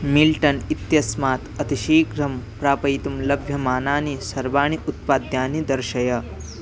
Milton इत्यस्मात् अतिशीघ्रं प्रापयितुं लभ्यमानानि सर्वाणि उत्पाद्यानि दर्शय